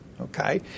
Okay